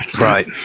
Right